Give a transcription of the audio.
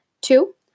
Two